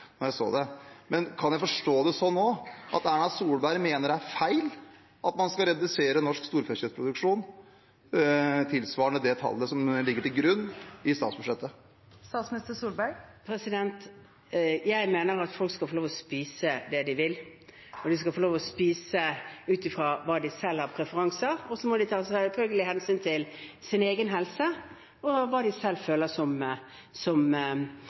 Kan jeg forstå det sånn nå at Erna Solberg mener det er feil at man skal redusere norsk storfekjøttproduksjon tilsvarende det tallet som ligger til grunn i statsbudsjettet? Jeg mener at folk skal få lov til å spise det de vil. De skal få lov til å spise ut fra sine egne preferanser. De må selvfølgelig ta hensyn til sin egen helse og hva de